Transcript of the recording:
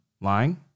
Lying